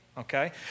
Okay